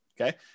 Okay